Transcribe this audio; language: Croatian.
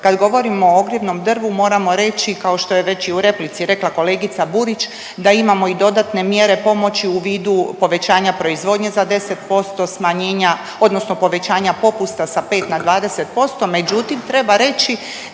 Kad govorimo o ogrjevnom drvu moramo reći kao što je već i u replici rekla kolegica Burić da imamo i dodatne mjere pomoći u vidu povećanja proizvodnje za 10%, smanjenja odnosno povećanja popusta sa 5 na 20%, međutim treba reći